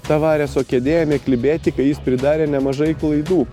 tavareso kėdė ėmė klibėti kai jis pridarė nemažai klaidų